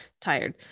tired